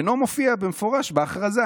אינו מופיע במפורש בהכרזה.